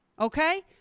okay